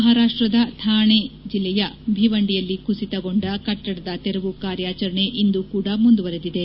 ಮಹಾರಾಷ್ಟ್ರದ ಥಾಣೆ ಜಿಲ್ಲೆಯ ಭಿವಂಡಿಯಲ್ಲಿ ಕುಸಿತಗೊಂಡ ಕಟ್ಟಡದ ತೆರವು ಕಾರ್ಯಾಚರಣೆ ಇಂದು ಕೂಡ ಮುಂದುವರೆದಿದೆ